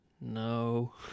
no